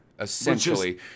Essentially